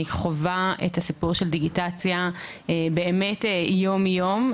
אני חווה את הסיפור של דיגיטציה באמת יום יום,